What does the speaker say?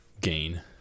gain